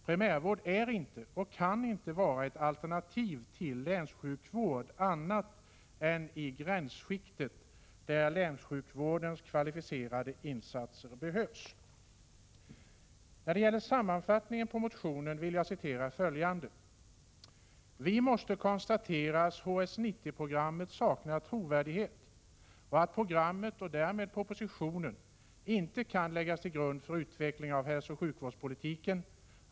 Primärvård är inte, och kan inte, vara ett alternativ till länssjukvård annat än i gränsskikten där länssjukvårdens kvalificerade insatser inte behövs.” Från sammanfattningen av motionen vill jag citera: ”Vi måste konstatera att HS 90-programmet saknar trovärdighet och att programmet och därmed propositionen inte kan läggas till grund för utvecklingen av hälsooch sjukvårdspolitiken.